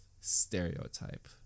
stereotype